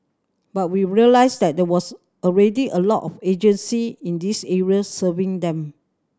but we realised that there was already a lot of agency in this area serving them